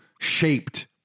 shaped